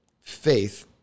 faith